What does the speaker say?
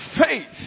faith